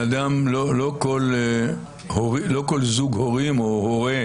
לא כל הורה או הורים